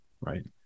right